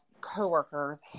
co-workers